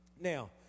Now